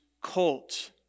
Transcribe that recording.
colt